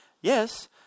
Yes